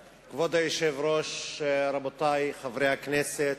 היושב-ראש, רבותי חברי הכנסת,